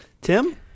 Tim